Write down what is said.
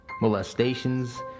molestations